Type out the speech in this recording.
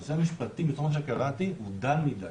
הנושא המשפטי, לפי מה שקראתי, הוא דל מדי.